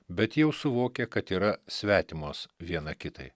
bet jau suvokia kad yra svetimos viena kitai